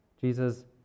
Jesus